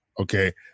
Okay